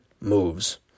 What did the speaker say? moves